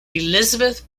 elizabeth